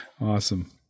awesome